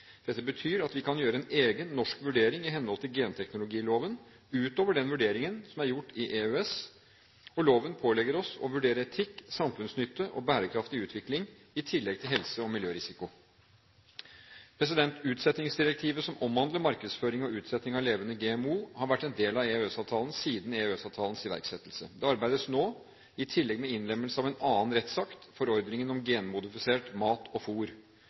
Dette betyr at vi kan gjøre en egen norsk vurdering i henhold til genteknologiloven utover den vurderingen som er gjort i EØS, og loven pålegger oss å vurdere etikk, samfunnsnytte og bærekraftig utvikling, i tillegg til helse- og miljørisiko. Utsettingsdirektivet, som omhandler markedsføring og utsetting av levende GMO, har vært en del av EØS-avtalen siden EØS-avtalens iverksettelse. Det arbeides nå i tillegg med innlemmelse av en annen rettsakt, forordningen om genmodifisert mat og